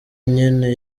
nyene